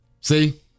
See